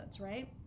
right